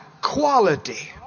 quality